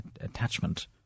attachment